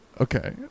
Okay